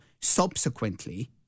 subsequently